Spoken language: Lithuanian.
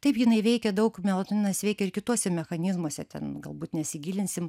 taip jinai veikia daug melatoninas veikia ir kituose mechanizmuose ten galbūt nesigilinsim